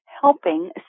helping